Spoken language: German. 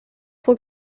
pro